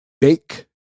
Bake